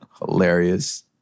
Hilarious